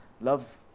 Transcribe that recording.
love